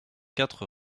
quatre